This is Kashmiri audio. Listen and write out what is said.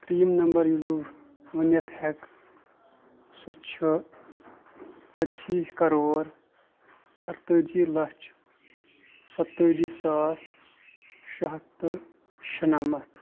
تریٚیم نَمبر یُس بہٕ ؤنِتھ ہٮ۪کہٕ سُہ چھُ ژَتجِہہ کَرور اَرٕتٲجِہہ لَچھ سَتہٕ تٲجی ساس شیٚے ہَتھ تہٕ شُنمَتھ